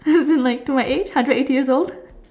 then like my age hundred eighty years old